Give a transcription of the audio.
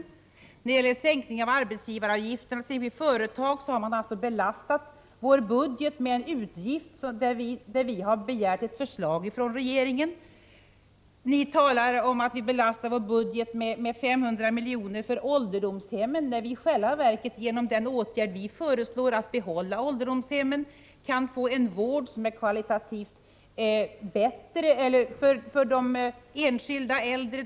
Och när det gäller sänkning av arbetsgivaravgiften för företag har man belastat vår budget med en utgift, medan vi har begärt ett förslag från regeringen. Ni talar om att vi belastar vår budget med 500 milj.kr. för ålderdomshem, när man i själva verket genom den åtgärd vi föreslår, att behålla ålderdomshemmen, kan få en vård som är kvalitativt bättre för de enskilda äldre.